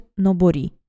Nobori